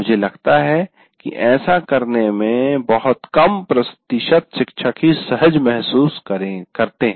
मुझे लगता है कि ऐसा करने में बहुत कम प्रतिशत शिक्षक ही सहज महसूस करते है